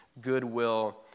goodwill